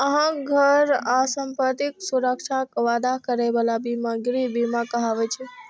अहांक घर आ संपत्तिक सुरक्षाक वादा करै बला बीमा गृह बीमा कहाबै छै